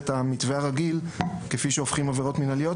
המתווה הרגיל כפי שהופכים עבירות מינהליות,